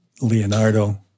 Leonardo